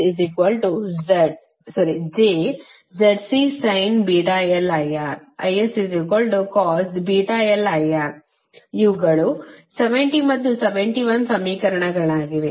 ಇವುಗಳು 70 ಮತ್ತು 71 ಸಮೀಕರಣಗಳಾಗಿವೆ